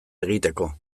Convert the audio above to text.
egiteko